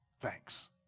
thanks